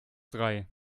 drei